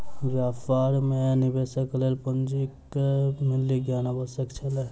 व्यापार मे निवेशक लेल पूंजीक मूल्य ज्ञान आवश्यक छल